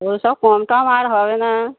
ওই সব কম টম আর হবে না